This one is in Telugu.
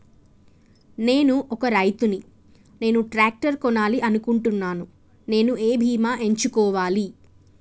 నేను ఒక రైతు ని నేను ట్రాక్టర్ కొనాలి అనుకుంటున్నాను నేను ఏ బీమా ఎంచుకోవాలి?